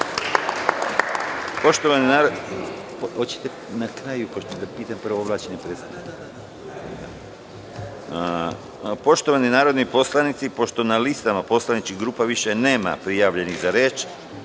Poštovani narodni poslanici pošto na listama poslaničkih grupa više nema prijavljenih za reč,